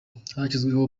hashyizweho